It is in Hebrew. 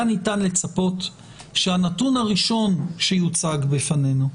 היה ניתן לצפות שהנתון הראשון שיוצג בפנינו,